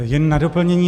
Jen na doplnění.